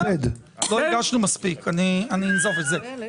אני רוצה להסביר.